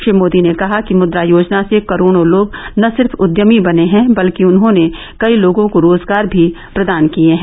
श्री मोदी ने कहा कि मुद्रा योजना से करोड़ों लोग न सिर्फ उद्यमी बने हैं बल्कि उन्होंने कई लोगों को रोजगार भी प्रदान किये हैं